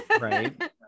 right